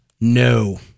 no